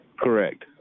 Correct